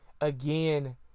again